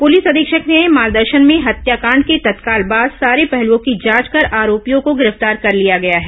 police अधीक्षक के मार्गदर्शन में हत्याकांड के तत्काल बाद सारे पहलुओं की जांच कर आरोपियों को गिरफ्तार कर लिया गया है